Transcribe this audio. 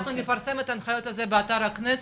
אנחנו נפרסם את ההנחיות האלו באתר הכנסת,